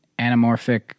anamorphic